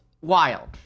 Wild